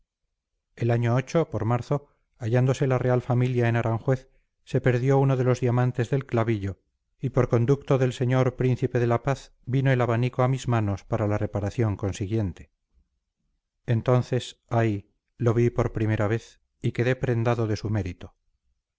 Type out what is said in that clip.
el año por marzo hallándose la real familia en aranjuez se perdió uno de los diamantes del clavillo y por conducto del señor príncipe de la paz vino el abanico a mis manos para la reparación consiguiente entonces ay lo vi por primera vez y quedé prendado de su mérito